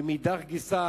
ומאידך גיסא,